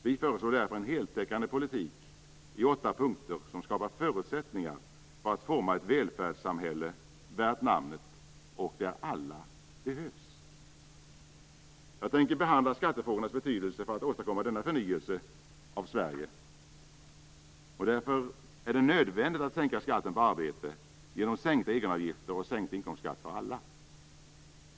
Vi föreslår därför en heltäckande politik i åtta punkter som skapar förutsättningar för att forma ett välfärdssamhälle värt namnet och där alla behövs. Jag tänker behandla skattefrågornas betydelse för att åstadkomma denna förnyelse av Sverige. Därför är det nödvändigt att sänka skatten på arbete genom sänkta egenavgifter och sänkt inkomstskatt för alla.